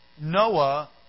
Noah